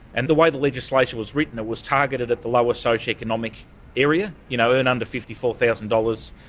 and the way the legislation was written, it was targeted at the lower socioeconomic area. you know earn under fifty four thousand dollars,